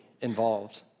involved